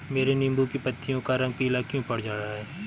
मेरे नींबू की पत्तियों का रंग पीला क्यो पड़ रहा है?